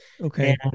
Okay